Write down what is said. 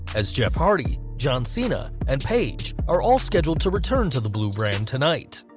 as jeff hardy, john cena and paige are all scheduled to return to the blue brand tonight.